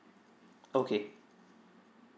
okay